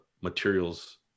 materials